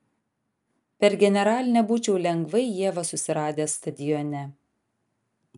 per generalinę būčiau lengvai ievą susiradęs stadione